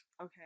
okay